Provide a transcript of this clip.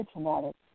traumatic